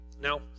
Now